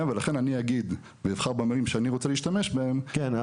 ולכן אני אגיד ואבחר במילים שאני רוצה להשתמש בהם כן,